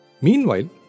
Meanwhile